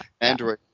Android